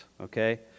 okay